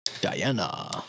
Diana